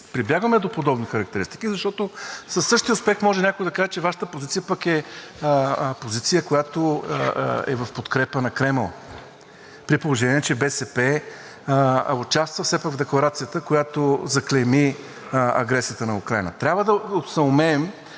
прибягваме до подобни характеристики, защото със същия успех може някой да каже, че Вашата позиция е позиция, която е в подкрепа на Кремъл, при положение че БСП участва все пак в Декларацията, която заклейми агресията на Украйна. Трябва да съумеем